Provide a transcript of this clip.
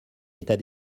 état